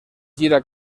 gira